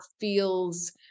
feels